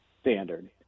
standard